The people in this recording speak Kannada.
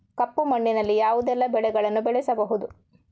ಕಪ್ಪು ಮಣ್ಣಿನಲ್ಲಿ ಯಾವುದೆಲ್ಲ ಬೆಳೆಗಳನ್ನು ಬೆಳೆಸಬಹುದು?